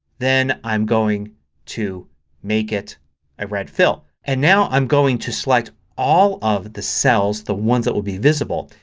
then i'm going to make it a red fill. and now i'm going to select all of the cells, the ones that will be visible,